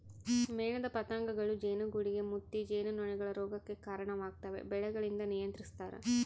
ಮೇಣದ ಪತಂಗಗಳೂ ಜೇನುಗೂಡುಗೆ ಮುತ್ತಿ ಜೇನುನೊಣಗಳ ರೋಗಕ್ಕೆ ಕರಣವಾಗ್ತವೆ ಬೆಳೆಗಳಿಂದ ನಿಯಂತ್ರಿಸ್ತರ